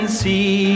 see